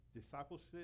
Discipleship